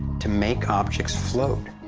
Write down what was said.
to make objects float.